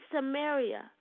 Samaria